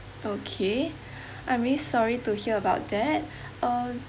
okay I'm really sorry to hear about that uh